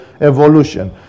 evolution